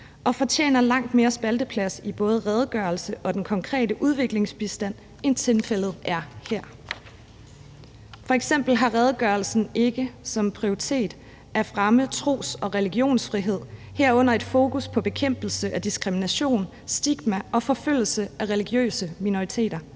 det fortjener langt mere spalteplads i både redegørelsen og i den konkrete udviklingsbistand, end tilfældet er her. F.eks. har redegørelsen ikke som en prioritet at fremme tros- og religionsfrihed, herunder et fokus på bekæmpelse af diskrimination, stigmatisering og forfølgelse af religiøse minoriteter.